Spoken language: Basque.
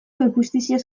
injustiziez